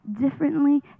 differently